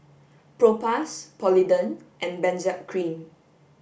Propass Polident and Benzac Cream